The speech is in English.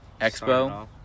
Expo